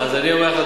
אז אני אומר לך,